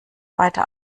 weiter